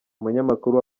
umunyamakuru